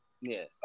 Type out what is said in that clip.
Yes